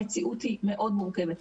המציאות היא מאוד מורכבת.